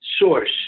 source